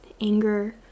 anger